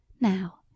Now